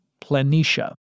Planitia